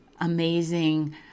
amazing